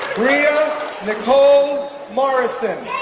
bria nicole morrison